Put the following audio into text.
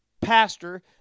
pastor